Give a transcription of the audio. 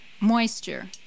moisture